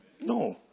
No